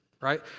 right